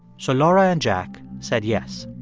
so laura and jack said yes.